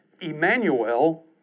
Emmanuel